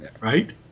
right